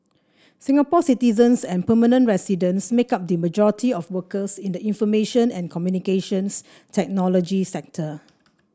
Singapore citizens and permanent residents make up the majority of workers in the information and Communications Technology sector